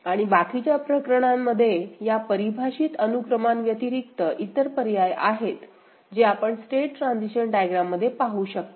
आणि बाकीच्या प्रकरणांमध्ये या परिभाषित अनुक्रमांव्यतिरिक्त इतर पर्याय आहेत जे आपण स्टेट ट्रान्झिशन डायग्राम मध्ये पाहू शकता